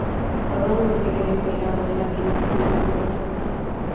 प्रधानमंत्री गरीब कल्याण योजना किन किन लोगों को मिल सकती है?